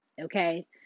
okay